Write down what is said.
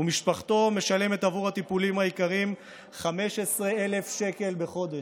ומשפחתו משלמת עבור הטיפולים היקרים 15,000 שקל בחודש,